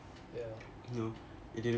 ya